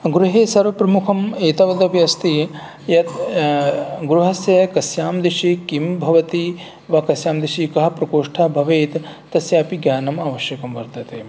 गृहे सर्वप्रमुखम् एतावदपि अस्ति यत् गृहस्य कस्यां दिशि किं भवति वा कस्यां दिशि कः प्रकोष्ठः भवेत् तस्य अपि ज्ञानमावश्यकं वर्तते